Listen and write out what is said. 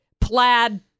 plaid